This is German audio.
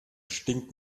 stinkt